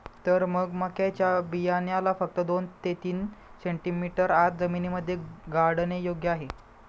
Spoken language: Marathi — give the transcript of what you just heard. तर मग मक्याच्या बियाण्याला फक्त दोन ते तीन सेंटीमीटर आत जमिनीमध्ये गाडने योग्य आहे